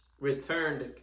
Returned